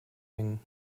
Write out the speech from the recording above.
hängen